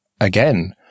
again